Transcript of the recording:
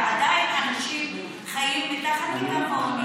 ועדיין אנשים חיים מתחת לקו העוני,